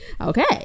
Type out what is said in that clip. okay